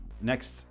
next